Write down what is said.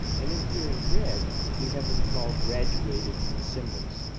and, then here in red we have what we call graduated symbols.